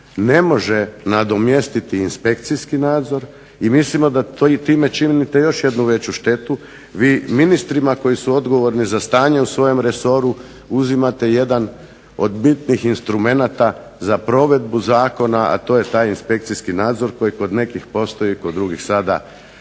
ne može nadomjestiti inspekcijski nadzor i mislimo da time činite još jednu veću štetu, vi ministrima koji su odgovorni za stanje u svojem resoru uzimate jedan od bitnih instrumenata za provedbu zakona, a to je taj inspekcijski nadzor koji kod nekih postoji, a kod drugih sada